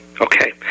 Okay